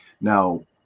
now